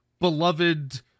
beloved